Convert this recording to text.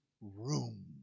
room